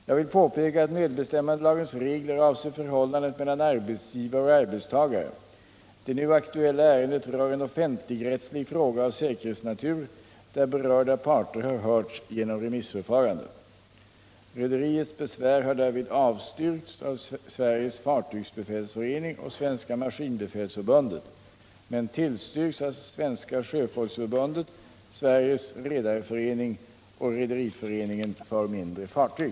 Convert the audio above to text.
Jag vill påpeka att medbestämmandelagens regler avser förhållandet mellan arbetsgivare och arbetstagare. Det nu aktuella ärendet rör en offentligrättslig fråga av säkerhetsnatur där berörda parter har hörts genom remissförfarande. Rederiets besvär har därvid avstyrkts av Sveriges fartygsbefälsförening och Svenska maskinbefälsförbundet men tillstyrkts av Svenska sjöfolksförbundet, Sveriges redareförening och Rederiföreningen för mindre fartyg.